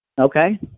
Okay